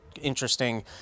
interesting